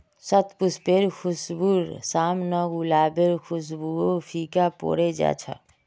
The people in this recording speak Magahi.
शतपुष्पेर खुशबूर साम न गुलाबेर खुशबूओ फीका पोरे जा छ